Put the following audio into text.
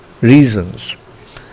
reasons